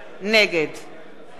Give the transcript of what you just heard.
נגד